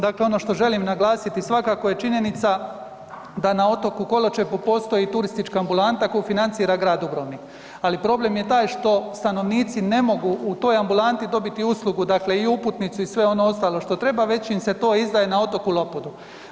Dakle, ono što želim naglasiti svakako je činjenica da na otoku Koločepu postoji turistička ambulanta koju financira grad Dubrovnik, ali problem je taj što stanovnici ne mogu u toj ambulanti dobiti uslugu, dakle i uputnici i sve ono ostalo što im treba već im se to izdaje na otoku Lopudu.